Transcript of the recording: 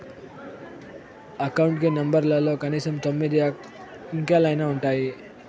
account కి నెంబర్లలో కనీసం తొమ్మిది అంకెలైనా ఉంటాయి